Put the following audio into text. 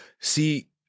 see